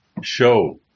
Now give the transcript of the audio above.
show